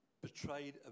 betrayed